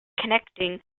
connecting